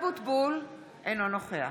משה אבוטבול, אינו נוכח